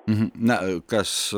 na kas